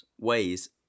ways